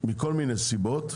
מכל מיני סיבות.